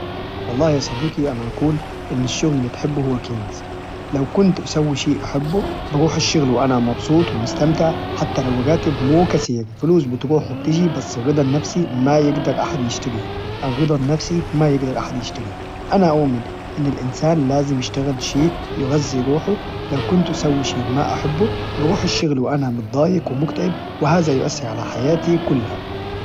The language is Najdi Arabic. والله يا صديقي أنا أقول: إن الشغل إللي تحبه هو كنز، لو كنت أسوي شيء أحبه بروح الشغل وأنا مبسوط ومستمتع حتى لو راتب مو كثير فلوس بتروح وبتيجي بس الرضا النفسي ما يقدر أحد يشتري، الرضا النفسي ما يقدر أحد يشتري، أنا أؤمن أن الإنسان لازم يشتغل شيء يغزي روحه لو كنت أسوي شيء ما أحبه بروح الشغل وأنا متضايق ومكتئب، وهذا يؤثر على حياتي كلها.